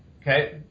Okay